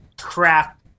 crap